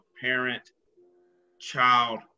parent-child